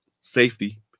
safety